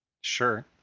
Sure